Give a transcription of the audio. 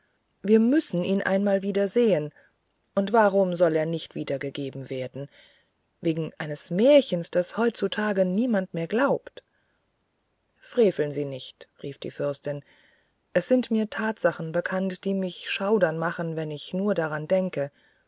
wir müssen ihn einmal wieder sehen und warum soll er nicht wieder gegeben werden wegen eines märchens das heutzutage niemand mehr glaubt freveln sie nicht rief die fürstin es sind mir tatsachen bekannt die mich schaudern machen wenn ich nur daran denke